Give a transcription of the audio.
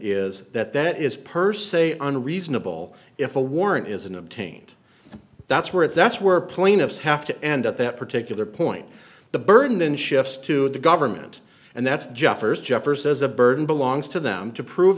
is that that is per se unreasonable if a warrant isn't obtained that's where it's that's where plaintiffs have to end at that particular point the burden shifts to the government and that's jeffers jeffers as a burden belongs to them to prove